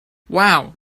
wow